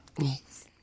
Yes